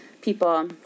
people